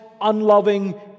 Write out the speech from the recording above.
unloving